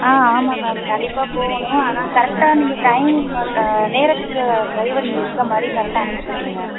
ஆ ஆமாம் மேம் கண்டிப்பாக போகணும் ஆனால் கரெக்டா நீங்கள் டைமிங் மாத் நேரத்துக்கு டிரைவர் இங்கே இருக்க மாதிரி கரெக்டா அனுப்பிச்சுவிட்ருங்க